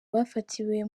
bafatiwe